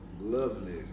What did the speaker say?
lovely